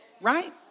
right